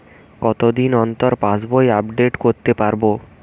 কতদিন অন্তর পাশবই আপডেট করতে পারব?